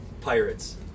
Pirates